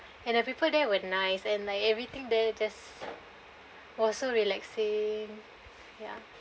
and the people there were nice and like everything there just[oh] so relaxing ya